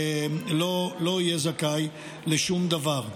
לא יהיה זכאי לשום דבר.